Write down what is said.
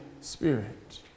Spirit